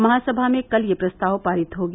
महासभा में कल यह प्रस्ताव पारित हो गया